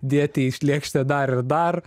dėti iš lėkštę dar ir dar